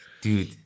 Dude